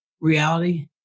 reality